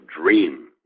dream